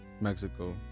Mexico